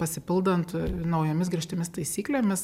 pasipildant naujomis griežtomis taisyklėmis